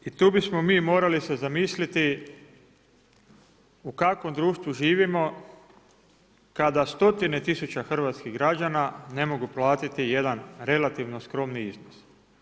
I tu bismo mi morali se zamisliti u kakvom društvu živimo, kada stotine tisuće hrvatskih građana, ne mogu platiti jedan relativno skromni iznos.